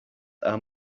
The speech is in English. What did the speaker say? are